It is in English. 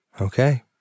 Okay